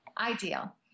Ideal